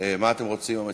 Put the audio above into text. מה אתם רוצים או מציעים?